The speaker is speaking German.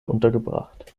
untergebracht